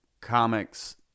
comics